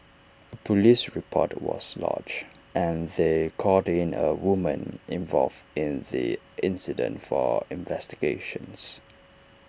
A Police report was lodged and they called in A woman involved in the incident for investigations